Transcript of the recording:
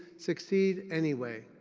succeed anyway.